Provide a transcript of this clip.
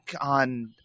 on